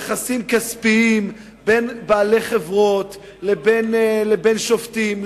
יחסים כספיים בין בעלי חברות לבין שופטים,